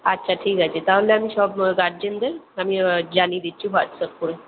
আচ্ছা ঠিক আছে তাহলে আমি সব গার্জেনদের আমি জানিয়ে দিচ্ছি হোয়াটসঅ্যাপ করে